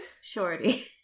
Shorty